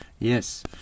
Yes